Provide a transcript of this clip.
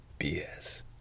BS